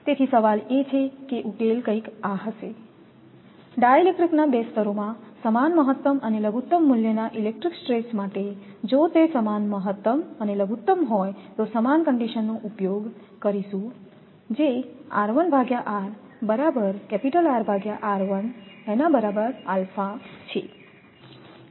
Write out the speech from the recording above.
તેથી સવાલ એ છે કે ઉકેલ કંઈક આ હશે ડાઇલેક્ટ્રિકના બે સ્તરોમાં સમાન મહત્તમ અને લઘુત્તમ મૂલ્યના ઇલેક્ટ્રિક સ્ટ્રેસ માટે જો તે સમાન મહત્તમ અને લઘુત્તમ હોય તો સમાન કન્ડિશનનો ઉપયોગ કરીશું